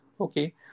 okay